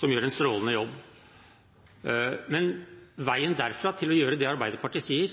som gjør en strålende jobb. Men når det gjelder veien derfra, til det Arbeiderpartiet sier,